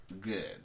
good